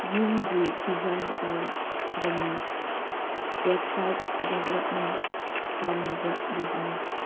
ꯌꯨꯝꯒꯤ ꯗꯤꯖꯥꯏꯟ ꯇꯧꯕ ꯃꯤ ꯋꯦꯞꯁꯥꯏꯠ ꯗꯦꯕꯂꯞꯃꯦꯟ ꯇꯧꯅꯕ ꯕꯤꯖꯤꯅꯦꯁ